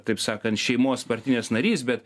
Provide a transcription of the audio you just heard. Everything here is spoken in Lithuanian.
taip sakant šeimos partinės narys bet